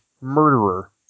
murderer